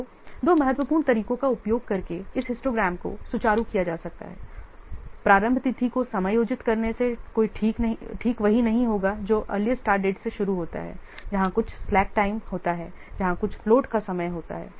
तो दो महत्वपूर्ण तरीकों का उपयोग करके इस हिस्टोग्राम को सुचारू किया जा सकता है प्रारंभ तिथि को समायोजित करने से कोई ठीक वही नहीं होगा जो अर्लीएसट स्टार्ट डेट से शुरू होता है जहां कुछ स्लैक टाइम होता है जहां कुछ फ्लोट का समय होता है